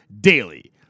DAILY